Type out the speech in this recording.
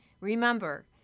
Remember